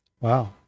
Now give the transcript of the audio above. wow